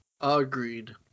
agreed